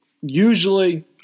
Usually